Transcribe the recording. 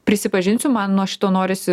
prisipažinsiu man nuo šito norisi